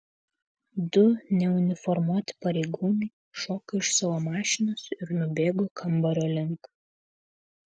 du neuniformuoti pareigūnai šoko iš savo mašinos ir nubėgo kambario link